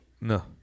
No